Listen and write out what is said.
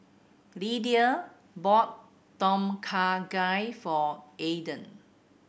Lydia bought Tom Kha Gai for Aiden